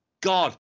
God